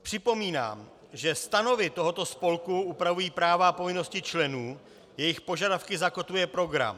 Připomínám, že stanovy tohoto spolku upravují práva a povinnosti členů, jejich požadavky zakotvuje program.